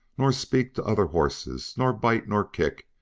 nor speak to other horses, nor bite, nor kick,